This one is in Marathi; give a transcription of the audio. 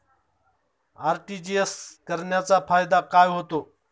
आर.टी.जी.एस करण्याचा फायदा काय होतो?